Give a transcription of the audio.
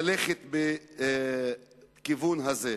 ללכת בכיוון הזה.